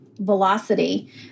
velocity